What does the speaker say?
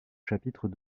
chapitre